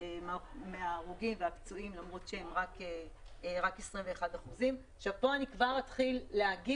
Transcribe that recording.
מההרוגים והפצועים למרות שהם רק 21%. בעירוני,